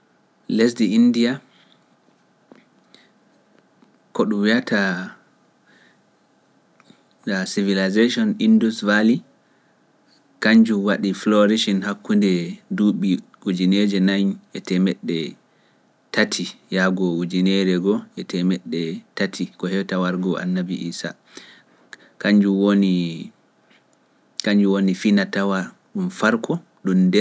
Lesdi ndiya, ko ɗum wi’ata ndaa civilisation nduu waali, kañnju waɗi florisin hakkunde duuɓi ujineeje nayi e temetee tati yaago ujineeje ngo e temetee tati ko hewta wargo annabi Iisaa, kañnju woni finatawa ɗum fariko ɗum ndee.